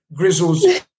Grizzles